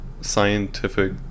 scientific